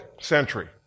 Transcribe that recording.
century